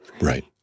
Right